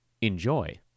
Enjoy